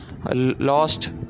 Lost